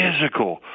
physical